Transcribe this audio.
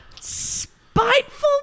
Spiteful